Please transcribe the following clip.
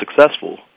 successful